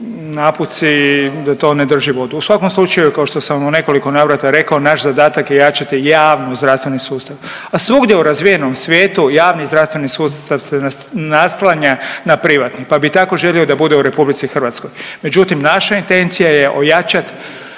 napuci da to ne drži vodu. U svakom slučaju kao što sam u nekoliko navrata rekao naš zadatak je jačati javnozdravstveni sustav, a svugdje u razvijenom svijetu javni zdravstveni sustav se naslanja na privatni, pa bi tako želio da bude u RH, međutim naša intencija je ojačat